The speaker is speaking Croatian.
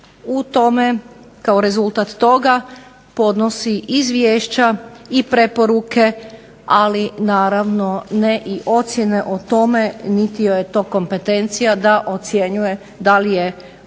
u tome kao rezultat toga podnosi izvješća i preporuke ali naravno ne i ocjene o tome niti joj je to kompetencija da ocjenjuje da li je u kojoj